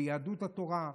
ביהדות התורה.